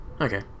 okay